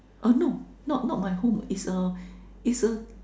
uh no not not my home is a is a